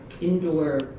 indoor